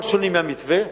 כל שוני מהמתווה